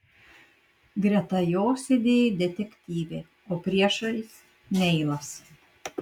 greta jo sėdėjo detektyvė o priešais neilas